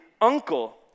uncle